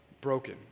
broken